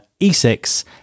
E6